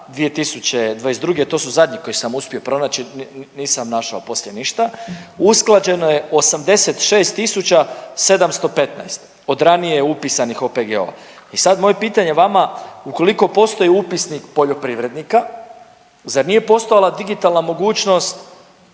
2022. to su zadnji koje sam uspio pronaći, nisam našao poslije ništa usklađeno je 86715 od ranije upisanih OPG-ova. I sad moje pitanje vama ukoliko postoji upisnik poljoprivrednika zar nije postojala digitalna mogućnost